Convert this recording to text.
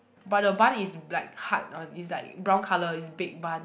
but the bun is like hard one is like brown colour is baked bun